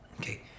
Okay